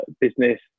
business